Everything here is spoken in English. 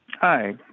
Hi